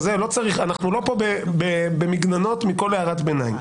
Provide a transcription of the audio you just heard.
אנחנו לא פה במגננות מכל הערת ביניים.